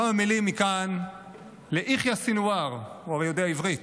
כמה מילים מכאן ליחיא סנוואר, הוא הרי יודע עברית.